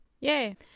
Yay